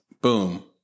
boom